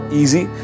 easy